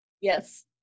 Yes